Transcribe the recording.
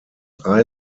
ice